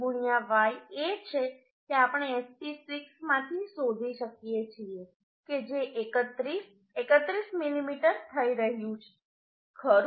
64 Y એ છે કે આપણે SP 6 માંથી શોધી શકીએ છીએ કે જે 31 31 મીમી થઈ રહ્યું છે ખરું